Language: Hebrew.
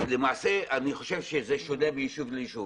אז, למעשה, זה שונה מיישוב ליישוב.